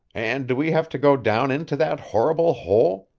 and do we have to go down into that horrible hole,